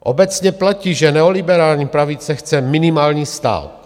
Obecně platí, že neoliberální pravice chce minimální stát.